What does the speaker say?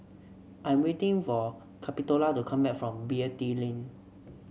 I am waiting for Capitola to come back from Beatty Lane